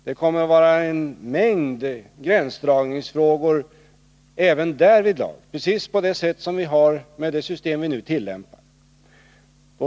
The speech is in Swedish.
Det kommer att vara en mängd gränsdragningsfrågor även därvidlag, precis som vi har med det system vi nu tillämpar.